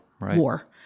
war